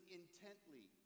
intently